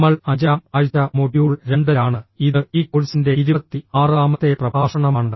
നമ്മൾ അഞ്ചാം ആഴ്ച മൊഡ്യൂൾ 2 ലാണ് ഇത് ഈ കോഴ്സിന്റെ 26 ാമത്തെ പ്രഭാഷണമാണ്